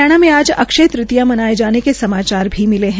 हरियाणा मे आज अक्ष्य तृतीया मनाये जाने के समाचार मिले है